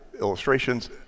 illustrations